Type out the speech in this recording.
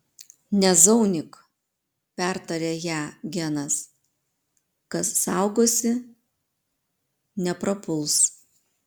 nezaunyk pertarė ją genas kas saugosi neprapuls